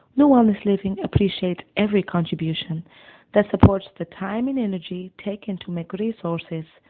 new wellness living appreciates every contribution that supports the time and energy taken to make resources,